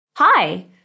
Hi